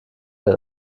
wer